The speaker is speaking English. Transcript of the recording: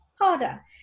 harder